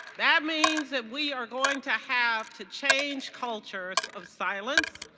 that means that we are going to have to change cultures of silence.